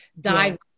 died